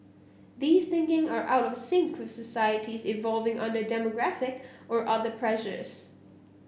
these thinking are out of sync societies evolving under demographic or other pressures